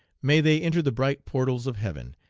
may they enter the bright portals of heaven,